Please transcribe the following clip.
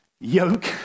yoke